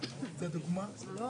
מעבודתו,